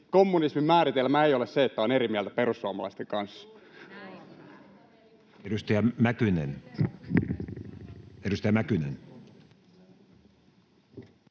kommunismin määritelmä ei ole se, että on eri mieltä perussuomalaisten kanssa. [Riikka Purra: